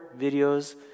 videos